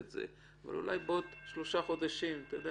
מזה.